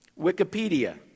Wikipedia